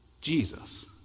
Jesus